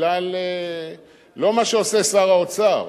לא בגלל מה שעושה שר האוצר,